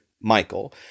Michael